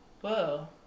whoa